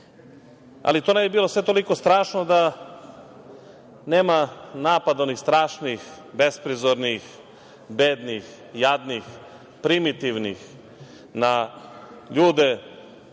sve ne bi bilo toliko strašno da nema napada, onih strašnih, besprizornih, bednih, jadnih, primitivnih na ljude